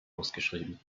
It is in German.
ausgeschrieben